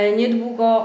niedługo